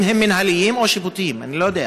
אם הם מינהליים או שיפוטיים, אני לא יודע.